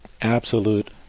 absolute